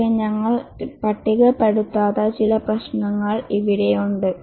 പക്ഷേ ഞങ്ങൾ പട്ടികപ്പെടുത്താത്ത ചെറിയ പ്രശ്നങ്ങൾ ഇവിടെയുണ്ട്